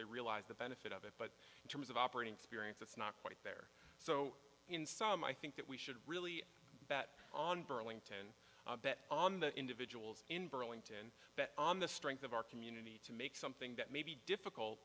they realize the benefit of it but in terms of operating theory it's not quite there so in some i think that we should really bet on burlington on the individuals in burlington but on the strength of our community to make something that maybe difficult